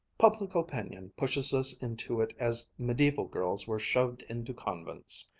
public opinion pushes us into it as mediaeval girls were shoved into convents,